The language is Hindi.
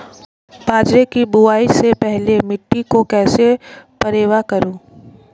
बाजरे की बुआई से पहले मिट्टी को कैसे पलेवा करूं?